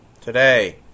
today